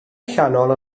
allanol